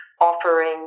offering